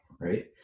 right